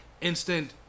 instant